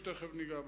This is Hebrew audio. שתיכף ניגע בהם.